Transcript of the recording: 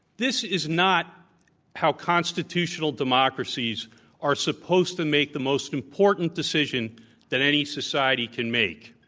this is not how constitutional democracies are supposed to make the most i mportant decision that any society can make.